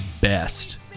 best